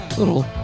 little